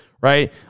Right